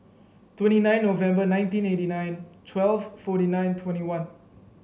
twenty nine November nineteen eighty nine twelve forty nine twenty one